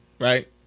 right